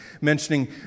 mentioning